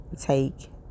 take